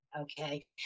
okay